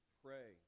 pray